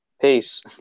peace